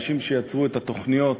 האנשים שיצרו את התוכניות,